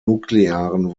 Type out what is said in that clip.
nuklearen